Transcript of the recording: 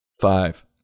Five